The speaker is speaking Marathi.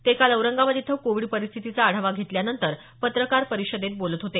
ते काल औरंगाबाद इथं कोविड परिस्थितीचा आढावा घेतल्यानंतर पत्रकार परिषदेत बोलत होते